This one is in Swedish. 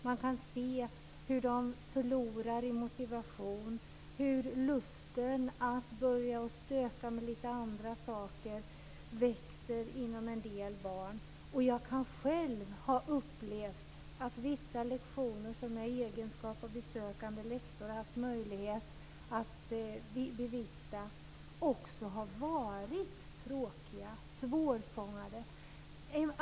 Man kan se hur de förlorar i motivation och hur lusten att börja stöka med lite andra saker växer inom en del barn. Jag kan själv ha upplevt att vissa lektioner som jag i egenskap av besökande lektor haft möjlighet att bevista också har varit tråkiga och svårfångade.